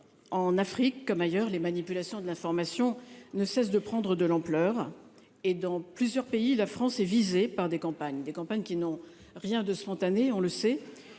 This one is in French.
En Afrique comme ailleurs, les manipulations de l'information ne cesse de prendre de l'ampleur et dans plusieurs pays, la France est visée par des campagnes des campagnes qui n'ont rien de spontané. On le sait,